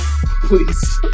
Please